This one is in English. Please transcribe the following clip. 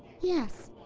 yes!